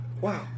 wow